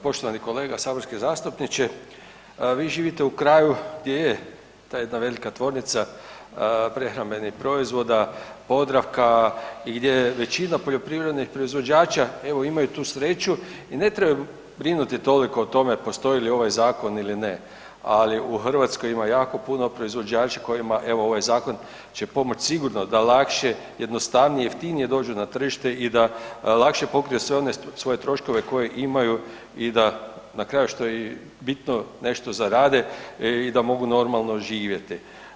Poštovani kolega saborski zastupniče, vi živite u kraju gdje je ta jedna velika tvornica prehrambenih proizvoda „Podravka“ i gdje većina poljoprivrednih proizvođača, evo imaju tu sreću i ne trebaju brinuti toliko o tome postoji li ovaj zakon ili ne, ali u Hrvatskoj ima jako puno proizvođača kojima evo ovaj zakon će pomoć sigurno da lakše, jednostavnije i jeftinije dođu na tržište i da lakše pokriju sve one svoje troškove koje imaju i da na kraju što je i bitno nešto zarade i da mogu normalno živjeti.